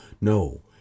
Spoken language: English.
No